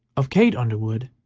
of kate underwood,